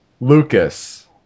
Lucas